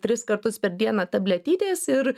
tris kartus per dieną tabletytės ir